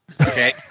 Okay